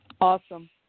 Awesome